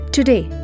Today